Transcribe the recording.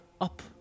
up